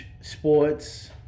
Sports